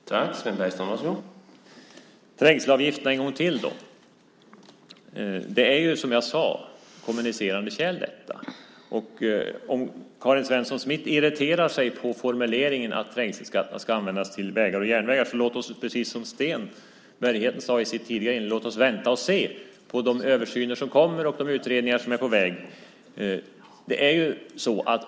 Herr talman! Då tar vi trängselavgifterna en gång till. Detta är, som jag sade, kommunicerande kärl. Om Karin Svensson Smith irriterar sig på formuleringen att trängselskatterna ska användas till vägar och järnvägar så låt oss, precis som Sten Bergheden sade i sitt tidigare inlägg, vänta och se på de översyner som kommer och de utredningar som är på väg.